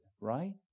Right